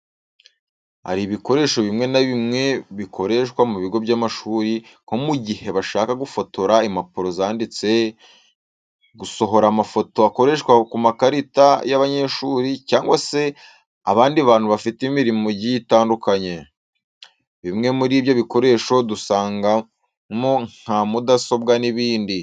Hari ibikoresho bimwe na bimwe bikoreshwa mu bigo by'amashuri nko mu gihe bashaka gufotora impapuro zanditse, gusohora amafoto akoreshwa ku makarita y'abanyeshuri cyangwa se abandi bantu bafite imirimo igiye itandukanye. Bimwe muri ibyo bikoresho dusangamo nka mudasobwa n'ibindi.